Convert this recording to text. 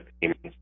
payments